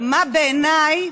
מה בעיניי